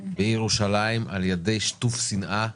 בירושלים על ידי שטוף שנאה.